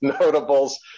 notables